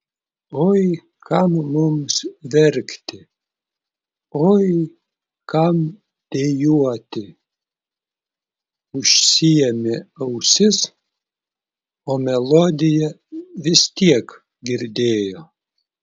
oi kam mums verkti oi kam dejuoti užsiėmė ausis o melodiją vis tiek girdėjo